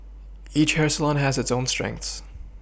each hair salon has its own strengths